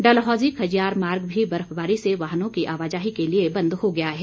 डलहौजी खजियार मार्ग भी बर्फबारी से वाहनों की आवाजाही के लिए बंद हो गया है